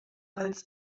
als